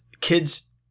kids